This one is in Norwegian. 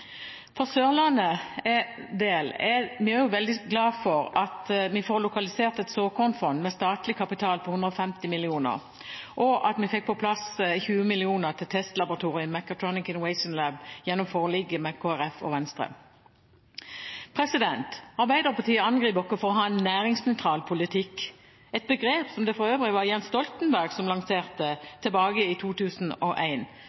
For Sørlandets del er vi også veldig glad for at vi får lokalisert et såkornfond med statlig kapital på 150 mill. kr, og at vi fikk på plass 20 mill. kr til testlaboratoriet Mechatronics Innovation Lab gjennom forliket med Kristelig Folkeparti og Venstre. Arbeiderpartiet angriper oss for å ha en næringsnøytral politikk – et begrep som det for øvrig var Jens Stoltenberg som lanserte tilbake i